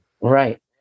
right